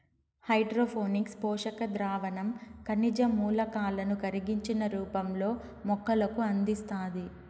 hydroponics పోషక ద్రావణం ఖనిజ మూలకాలను కరిగించిన రూపంలో మొక్కలకు అందిస్తాది